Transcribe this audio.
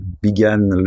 began